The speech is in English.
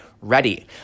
ready